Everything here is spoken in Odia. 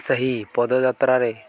ସେହି ପଦଯାତ୍ରାରେ